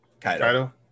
Kaido